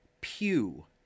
Pew